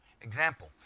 Example